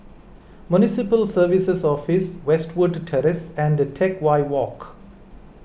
Municipal Services Office Westwood Terrace and Teck Whye Walk